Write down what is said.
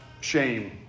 shame